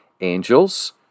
angels